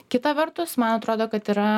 kita vertus man atrodo kad yra